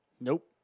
Nope